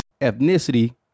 ethnicity